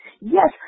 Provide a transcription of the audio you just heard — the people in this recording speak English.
Yes